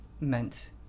meant